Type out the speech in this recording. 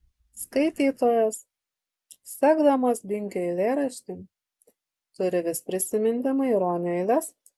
skaitytojas sekdamas binkio eilėraštį turi vis prisiminti maironio eiles